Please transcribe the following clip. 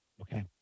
Okay